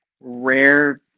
rare